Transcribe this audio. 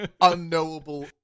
unknowable